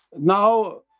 now